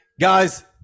Guys